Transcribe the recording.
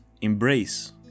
embrace